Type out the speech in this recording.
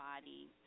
body